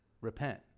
Repent